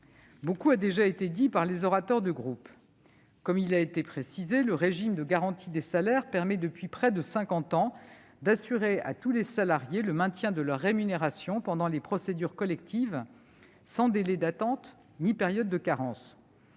Beaucoup a déjà été dit par les orateurs des groupes. Comme il a été rappelé, le régime de garantie des salaires permet, depuis près de cinquante ans, d'assurer à tous les salariés le maintien de leur rémunération pendant les procédures collectives, sans délai d'attente ni période de carence.